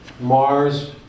Mars